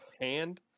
hand